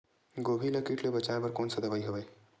गोभी ल कीट ले बचाय बर कोन सा दवाई हवे?